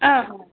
ಆಂ ಹಾಂ